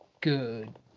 good